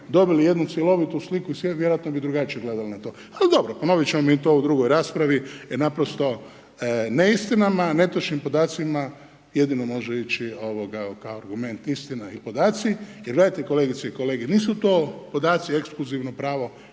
dobili jednu cjelovitu sliku i sve vjerojatno bi drugačije gledali na to. Al dobro, ponovit ćemo mi to u drugoj raspravi, jer naprosto neistinama, netočnim podacima, jedino može ići, ovoga, kao argument istina i podaci, jer gledajte kolegice i kolege, nisu to podaci ekskluzivno pravo